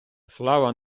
слава